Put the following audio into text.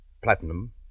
platinum